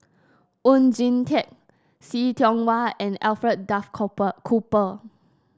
Oon Jin Teik See Tiong Wah and Alfred Duff Cooper